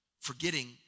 Forgetting